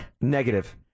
Negative